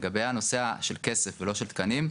לגבי הנושא של כסף ולא של תקנים,